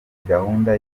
gahunda